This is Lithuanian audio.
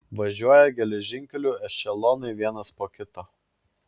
važiuoja geležinkeliu ešelonai vienas po kito